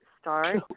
start